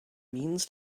means